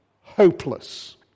hopeless